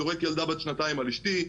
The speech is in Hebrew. זורק ילדה בת שנתיים על אשתי,